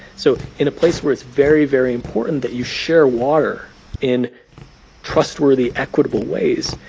so in a place where it's very, very important that you share water in trustworthy, equitable ways,